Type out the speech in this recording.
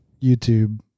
YouTube